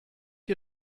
ihr